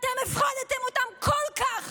אתם הפחדתם אותם כל כך